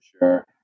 sure